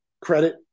credit